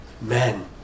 Men